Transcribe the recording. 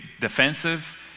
defensive